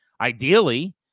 Ideally